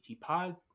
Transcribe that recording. Pod